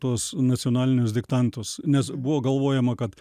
tuos nacionalinius diktantus nes buvo galvojama kad